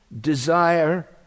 desire